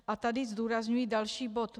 A tady zdůrazňuji další bod.